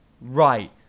Right